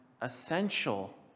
essential